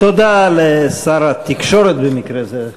תודה לשר התקשורת במקרה זה,